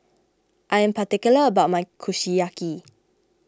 I am particular about my Kushiyaki